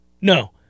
No